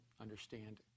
understand